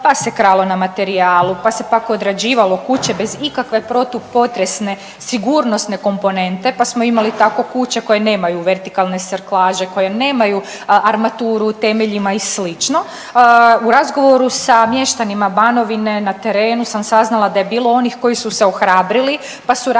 pa se kralo na materijalu, pa se pak odrađivalo kuće bez ikakve protupotresne sigurnosne komponente, pa smo imali tako kuća koje nemaju vertikalne sarklaže, koje nemaju armaturu u temeljima i sl. u razgovoru sa mještanima Banovine na terenu sam saznala da je bilo onih koji su se ohrabrili pa su radili